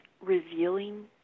revealing